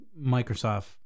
Microsoft